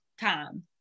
time